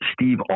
Steve